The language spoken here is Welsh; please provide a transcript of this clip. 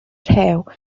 rhew